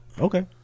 Okay